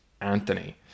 Anthony